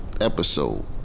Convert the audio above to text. episode